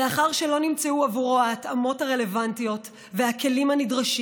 לאחר שלא נמצאו עבורו ההתאמות הרלוונטיות והכלים הנדרשים